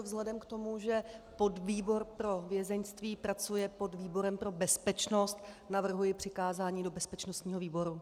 Vzhledem k tomu, že podvýbor pro vězeňství pracuje pod výborem pro bezpečnost, navrhuji přikázání do bezpečnostního výboru.